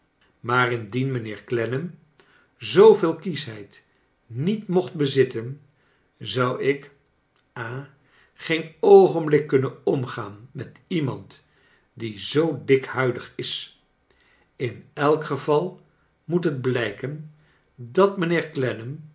maar indien mijnheer clennam zo veel kieschheid niet mocht bezitten zou ik ha geen oogenblik kunnen omgaan met iemand die zoo dikhuidig is in elk geval moet het blijken dat